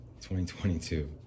2022